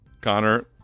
Connor